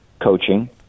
coaching